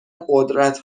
قدرت